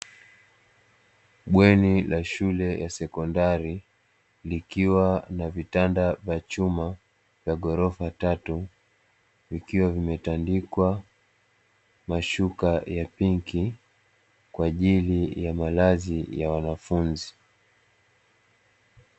Bweni la shule ya sekondari, likiwa na vitanda vya chuma vya ghorofa tatu vikiwa vimetandikwa mashuka ya pinki kwa ajili ya malazi ya wanafunzi.